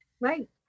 Right